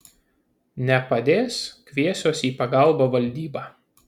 nepadės kviesiuos į pagalbą valdybą